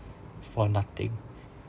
for nothing